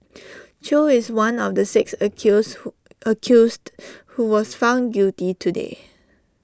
chew is one of the six accuse who accused who was found guilty today